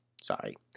sorry